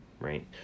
right